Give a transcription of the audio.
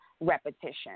repetition